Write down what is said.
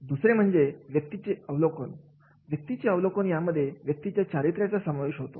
दुसरे म्हणजे व्यक्तीचे अवलोकन व्यक्तीच्या अवलोकन यामध्ये व्यक्तीच्या चारित्र्याचा समावेश होतो